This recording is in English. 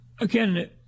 again